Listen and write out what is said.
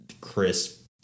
crisp